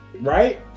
right